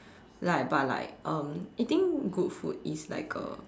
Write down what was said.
like but like um eating good food is like uh